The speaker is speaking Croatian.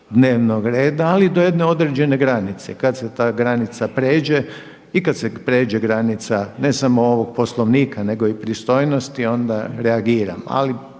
dnevnog reda, ali do jedne određene granice. Kad se ta granica prijeđe i kad se prijeđe granica ne samo ovog Poslovnika nego i pristojnosti onda reagiram.